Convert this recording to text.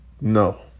no